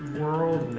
world